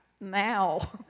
Now